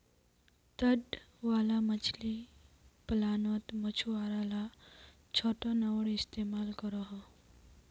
तट वाला मछली पालानोत मछुआरा ला छोटो नओर इस्तेमाल करोह